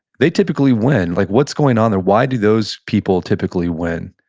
they typically win. like what's going on there? why do those people typically win?